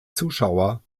zuschauer